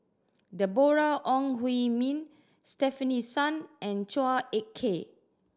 Deborah Ong Hui Min Stefanie Sun and Chua Ek Kay